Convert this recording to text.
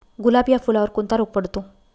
गुलाब या फुलावर कोणता रोग पडतो?